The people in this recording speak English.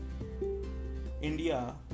India